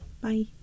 Bye